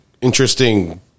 interesting